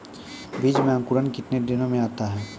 बीज मे अंकुरण कितने दिनों मे आता हैं?